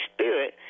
Spirit